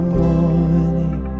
morning